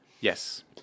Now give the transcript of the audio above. Yes